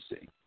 see